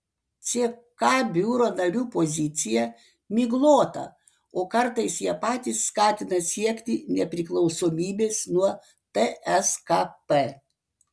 ck biuro narių pozicija miglota o kartais jie patys skatina siekti nepriklausomybės nuo tskp